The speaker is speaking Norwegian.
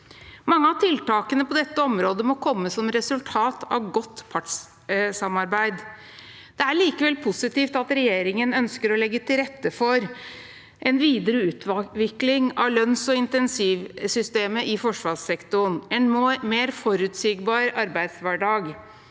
Mange av tiltakene på dette området må komme som resultat av et godt partssamarbeid. Det er likevel positivt at regjeringen ønsker å legge til rette for en videreutvikling av lønns- og insentivsystemet i forsvarssektoren, en mer forutsigbar arbeidshverdag,